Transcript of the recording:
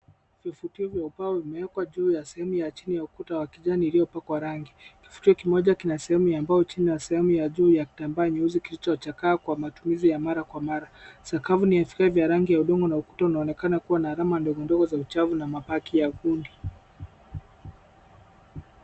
Vifutio vya ubao vimewekwa juu ya sehemu ya chini ya ukuta wa kijani iliyopakwa rangi. Kifutio kimoja kina sehemu ya mbao chini na sehemu ya juu ya kitambaa nyeusi kilichochakaa kwa matumizi ya mara kwa mara. Sakafu ni ya vigae vya rangi ya udongo na ukuta unaonekana kuwa na alama ndogo ndogo za uchafu na mabaki ya gundi.